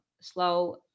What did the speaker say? slow